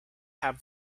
have